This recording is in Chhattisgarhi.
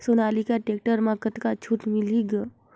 सोनालिका टेक्टर म कतका छूट मिलही ग?